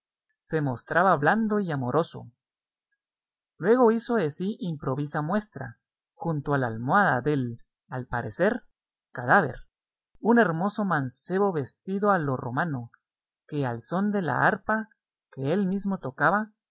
se mostraba blando y amoroso luego hizo de sí improvisa muestra junto a la almohada del al parecer cadáver un hermoso mancebo vestido a lo romano que al son de una arpa que él mismo tocaba